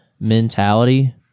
mentality